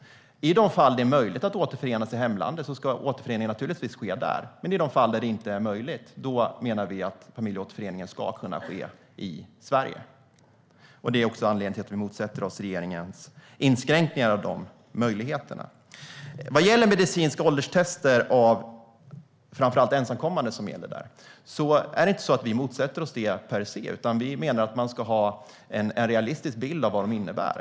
I de fall det är möjligt att återförenas i hemlandet ska det naturligtvis ske där. Men är det inte möjligt menar vi att familjeåterförening ska kunna ske i Sverige. Det är också anledningen till att vi motsätter oss regeringens inskränkningar av de möjligheterna. Vad gäller medicinska ålderstester av framför allt ensamkommande är det inte så att vi motsätter oss det per se, utan vi menar att man ska ha en realistisk bild av vad det innebär.